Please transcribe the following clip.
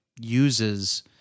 uses